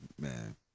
Man